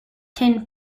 tin